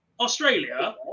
Australia